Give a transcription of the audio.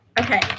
Okay